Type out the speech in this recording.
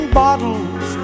bottles